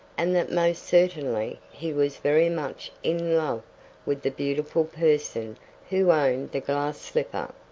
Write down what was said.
and that most certainly he was very much in love with the beautiful person who owned the glass slipper.